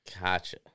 Gotcha